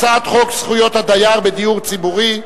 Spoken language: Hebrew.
הצעת חוק זכויות הדייר בדיור הציבורי (תיקון,